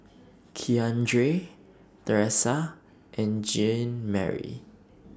Keandre Tresa and Jeanmarie